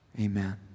amen